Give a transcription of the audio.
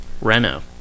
Renault